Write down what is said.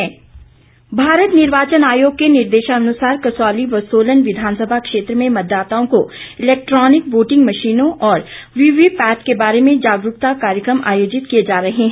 जागरूकता कार्यक्रम भारत निर्वाचन आयोग के निर्देशानुसार कसौली व सोलन विधानसभा क्षेत्र में मतदाताओं को इलैक्ट्रिॅनिक वोटिंग मशीनों और वीवीपैट के बारे में जागरूकता कार्यक्रम आयोजित किए जा रहे हैं